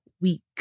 week